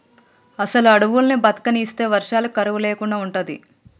అసలు అడువుల్ని బతకనిస్తే వర్షాలకు కరువు లేకుండా ఉంటది